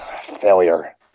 Failure